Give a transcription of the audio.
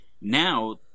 Now